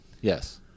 Yes